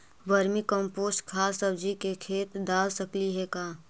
Vermi compost खाद सब्जी के खेत दाल सकली हे का?